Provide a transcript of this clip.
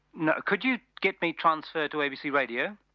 no, could you get me transferred to abc radio?